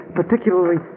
particularly